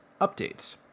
updates